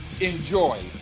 enjoy